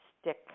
stick